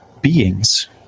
beings